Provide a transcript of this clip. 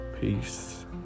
peace